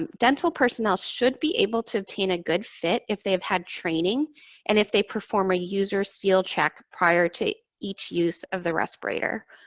um dental personnel should be able to obtain a good fit if they've had training and if they perform a user seal check prior to each use of the respirator.